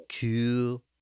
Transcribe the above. Cool